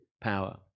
power